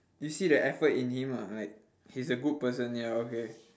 you see the effort in him ah like he's a good person ya okay